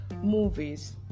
movies